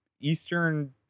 Eastern